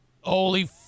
Holy